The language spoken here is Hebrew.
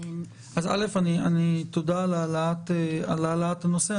תודה על העלאת הנושא.